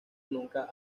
nunca